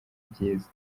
byiza